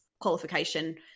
qualification